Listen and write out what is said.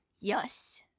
Yes